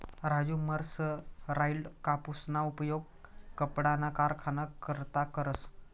Raju mercerised कापूसना उपयोग कपडाना कारखाना करता करस